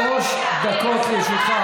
שלוש דקות לרשותך,